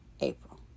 April